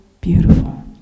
beautiful